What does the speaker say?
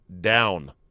down